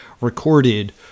recorded